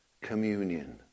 communion